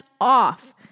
off